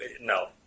no